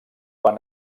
van